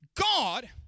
God